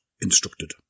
instructed